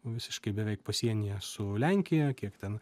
visiškai beveik pasienyje su lenkija kiek ten